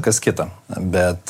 kas kita bet